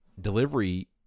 delivery